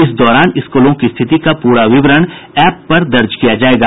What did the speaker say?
इस दौरान स्कूलों की स्थिति का पूरा विवरण एप पर दर्ज किया जायेगा